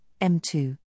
M2